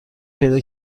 پیدا